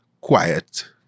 quiet